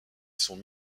sont